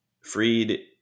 Freed